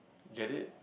get it